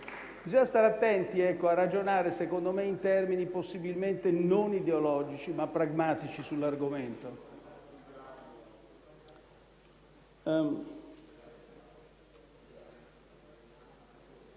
Bisogna stare attenti - secondo me - a ragionare in termini possibilmente non ideologici, ma pragmatici sull'argomento.